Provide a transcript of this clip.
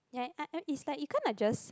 ya I I it's like you kinda just